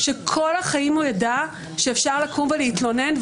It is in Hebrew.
שכל החיים הוא ידע שאפשר לקום ולהתלונן,